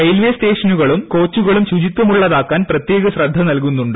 railway സ്റ്റേഷനുകളും കോച്ചുകളും ശുചിത്വമുള്ളതാക്കാൻ പ്രത്യേക ശ്രദ്ധ നൽകുന്നുണ്ട്